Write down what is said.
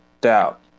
doubt